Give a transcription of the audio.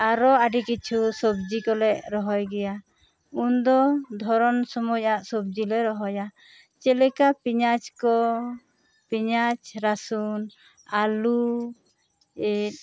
ᱟᱨᱚ ᱟᱹᱰᱤ ᱠᱤᱪᱷᱩ ᱥᱚᱵᱽᱡᱤ ᱠᱚᱞᱮ ᱨᱚᱦᱚᱭ ᱜᱮᱭᱟ ᱩᱱ ᱫᱚ ᱫᱷᱚᱨᱚᱱ ᱥᱚᱢᱚᱭᱟᱜ ᱥᱚᱵᱽᱡᱤ ᱞᱮ ᱨᱚᱦᱚᱭᱟ ᱪᱮᱫ ᱞᱮᱠᱟ ᱯᱮᱭᱟᱡᱽ ᱠᱚ ᱯᱮᱭᱟᱡᱽ ᱨᱟᱹᱥᱩᱱ ᱟᱞᱩ